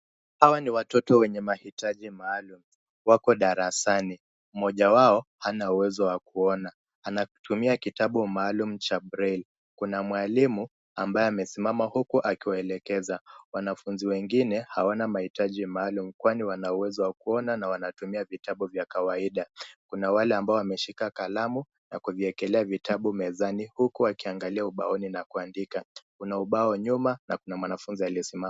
Hawa ni watoto wenye mahitaji maalum, wako darasani. Mmoja wao hana uwezo wa kuona. Anatumia kitabu maalum cha breli. Kuna mwalimu ambaye amesimama huku akiwaelekeza. Wanafunzi wengine hawana mahitaji maalum kwani wana uwezo wa kuona na wanatumia vitabu vya kawaida. Kuna wale ambao wameshika kalamu na kuviekelea vitabu mezani, huku wakiangalia ubaoni na kuandika. Kuna ubao nyuma na kuna mwanafunzi aliyesimama.